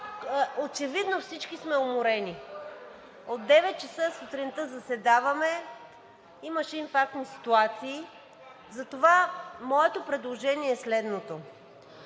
очевидно всички сме уморени. От 9,00 ч. сутринта заседаваме, имаше инфарктни ситуации, затова моето предложение е следното: